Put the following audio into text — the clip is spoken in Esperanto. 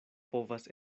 povas